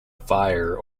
fire